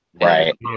Right